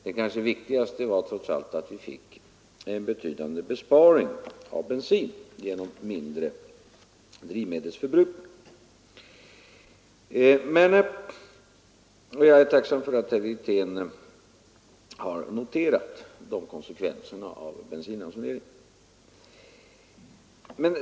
Den kanske viktigaste effekten var att vi trots allt fick en betydande besparing av bensin genom mindre drivmedelsförbrukning. Jag är tacksam för att herr Wirtén har noterat de konsekvenserna av bensinransoneringen.